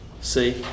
see